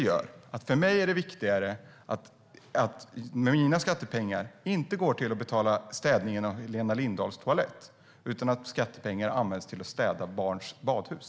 För mig är det viktigare att mina skattepengar används till att städa barns badhus än till att städa Helena Lindahls toalett.